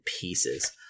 pieces